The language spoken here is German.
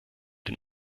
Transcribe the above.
den